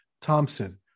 Thompson